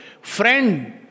friend